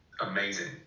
amazing